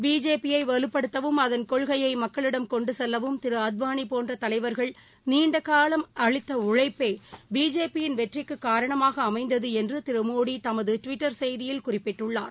பிஜேபியைவலுப்படுத்தவும் கொள்கையைமக்களிடம் கொண்டுசெல்லவும் அதன் திருஅத்வானிபோன்றதலைவர்கள் நீண்டகாலம் அளித்தஉழைப்பேபிஜேபி யின் வெற்றிக்குகாரணமாகஅமைந்ததுஎன்றுதிருமோடிதமதுடுவிட்டர் செய்தியில் குறிப்பிட்டுள்ளார்